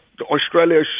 australia